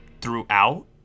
throughout